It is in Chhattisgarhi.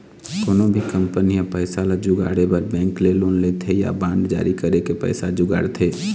कोनो भी कंपनी ह पइसा ल जुगाड़े बर बेंक ले लोन लेथे या बांड जारी करके पइसा जुगाड़थे